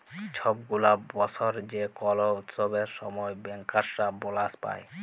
ছব গুলা বসর যে কল উৎসবের সময় ব্যাংকার্সরা বলাস পায়